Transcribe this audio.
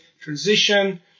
transition